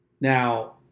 Now